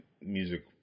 music